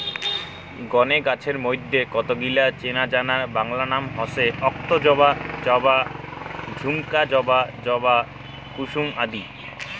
গণে গছের মইধ্যে কতগিলা চেনাজানা বাংলা নাম হসে অক্তজবা, জবা, ঝুমকা জবা, জবা কুসুম আদি